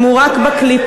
אם הוא רק בקליפה.